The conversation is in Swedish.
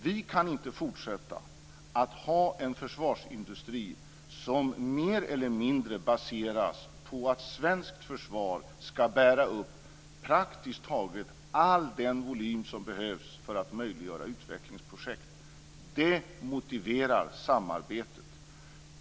Vi kan inte fortsätta att ha en försvarsindustri som mer eller mindre baseras på att svenskt försvar ska bära upp praktiskt taget all den volym som behövs för att möjliggöra utvecklingsprojekt. Det motiverar samarbetet.